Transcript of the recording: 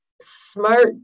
smart